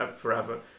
forever